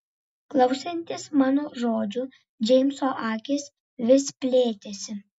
klausantis mano žodžių džeimso akys vis plėtėsi